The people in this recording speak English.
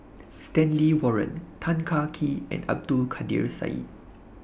Stanley Warren Tan Kah Kee and Abdul Kadir Syed